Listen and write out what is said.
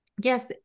yes